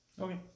Okay